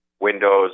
windows